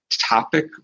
topic